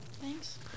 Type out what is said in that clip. Thanks